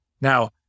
Now